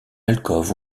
alcôve